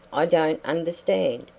i don't understand.